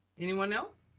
anyone else?